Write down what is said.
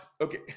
okay